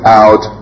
out